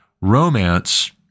Romance